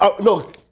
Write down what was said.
No